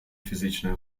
фізичної